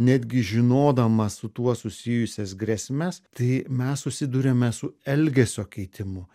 netgi žinodamas su tuo susijusias grėsmes tai mes susiduriame su elgesio keitimu